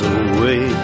away